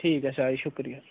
ठीक है शाह जी शुक्रिया